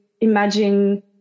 imagine